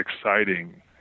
exciting